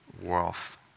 wealth